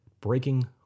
breaking